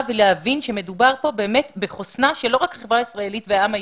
ולהבין שמדובר פה באמת בחוסנה של לא רק החברה הישראלית והעם היהודי,